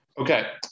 Okay